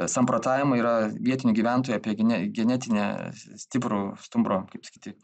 samprotavimai yra vietinių gyventojų apie gene genetinę stiprų stumbro kaip sakyti